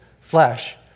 flesh